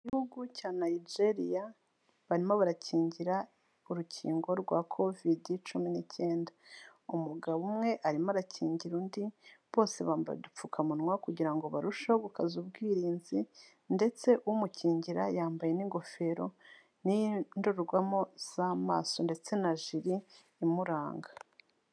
Igihugu cya Nigeria barimo barakingira urukingo rwa kovidi cumi n'icyenda, umugabo umwe arimo arakingira undi, bose bambaye udupfukamunwa kugira ngo barusheho gukaza ubwirinzi, ndetse umukingira yambaye n'ingofero, n'indorerwamo z'amaso ndetse na jile imuranga.